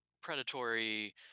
predatory